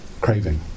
craving